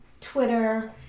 Twitter